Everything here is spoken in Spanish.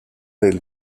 del